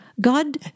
God